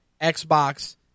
Xbox